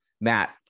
Matt